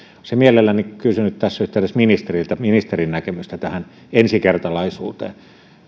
olisin mielelläni kysynyt tässä yhteydessä ministeriltä ministerin näkemystä tähän ensikertalaisuuteen